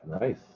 Nice